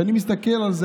כשאני מסתכל על זה,